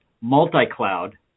Multi-cloud